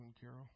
Carol